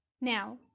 Now